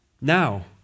Now